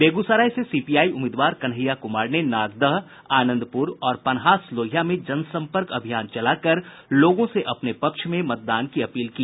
बेगूसराय से सीपीआई उम्मीदवार कन्हैया कुमार ने नागदह आनंदपुर और पन्हास लोहिया में जनसंपर्क अभियान चलाकर लोगों से अपने पक्ष में मतदान की अपील की